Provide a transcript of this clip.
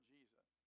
Jesus